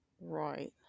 Right